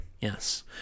Yes